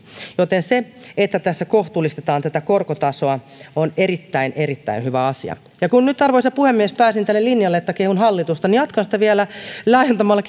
joten se että tässä kohtuullistetaan korkotasoa on erittäin erittäin hyvä asia ja kun nyt arvoisa puhemies pääsin tälle linjalle että kehun hallitusta niin jatkan sitä vielä laajentamalla